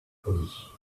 polie